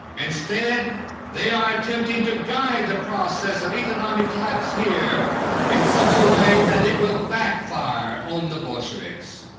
instead they are attempting to guide the process of economic collapse here in such a way that it will backfire on the bolsheviks.